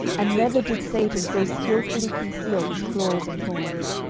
and never did satan so skilfully conceal his claws and horns.